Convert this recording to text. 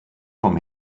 vom